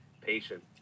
patient